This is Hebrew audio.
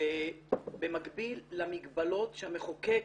ובמקביל למגבלות שהמחוקק